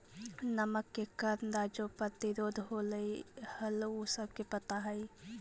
नमक के कर ला जो प्रतिरोध होलई हल उ सबके पता हई